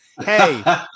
Hey